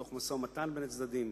מתוך משא-ומתן בין הצדדים,